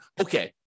okay